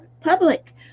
public